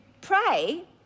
pray